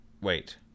Wait